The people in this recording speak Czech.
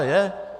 Je.